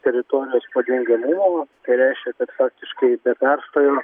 teritorijos padengiamumo reiškia kad faktiškai be perstojo